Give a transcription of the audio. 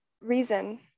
reason